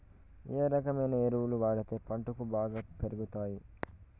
ఏ రకమైన ఎరువులు వాడితే పంటలు బాగా పెరుగుతాయి?